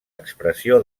expressió